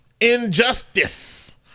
injustice